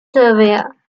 surveyor